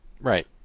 Right